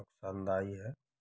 नुकसानदाई है